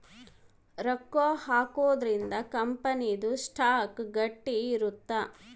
ರೊಕ್ಕ ಹಾಕೊದ್ರೀಂದ ಕಂಪನಿ ದು ಸ್ಟಾಕ್ ಗಟ್ಟಿ ಇರುತ್ತ